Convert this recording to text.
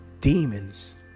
demons